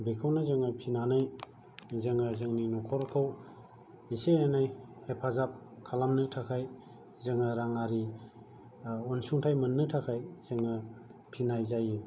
बेखौनो जोङो फिसिनानै जोङो जोंनि न'खरखौ एसे एनै हेफाजाब खालामनो थाखाय जोङो राङाारि अनसुंथाय मोननो थाखाय जोङो फिनाय जायो